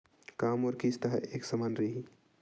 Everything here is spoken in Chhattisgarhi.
का मोर किस्त ह एक समान रही?